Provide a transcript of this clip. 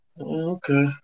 Okay